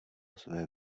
své